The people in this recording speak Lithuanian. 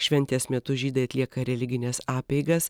šventės metu žydai atlieka religines apeigas